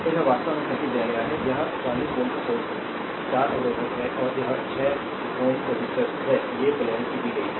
तो यह वास्तव में सर्किट दिया गया है यह 40 वोल्ट सोर्स 4 अवरोधक है और यह 6 or रेसिस्टर्स है ये पोलेरिटी दी गई है